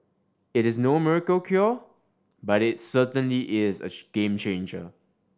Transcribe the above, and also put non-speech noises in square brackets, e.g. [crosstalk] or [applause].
it is no miracle cure but it's certainly is a [unintelligible] game changer